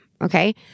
Okay